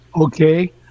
Okay